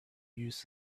use